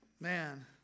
Man